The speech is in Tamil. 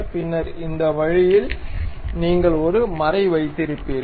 பின்னர் இந்த வழியில் நீங்கள் ஒரு மறை வைத்திருப்பீர்கள்